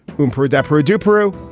room for a desperate dupe through.